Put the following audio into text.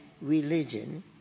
religion